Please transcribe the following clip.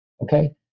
okay